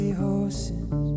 horses